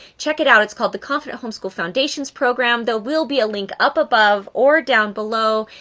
check it out. it's called the confident homeschool foundations program. there will be a link up above or down below,